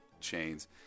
chains